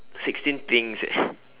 sixteen things eh